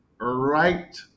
right